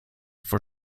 for